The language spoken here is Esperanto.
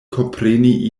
kompreni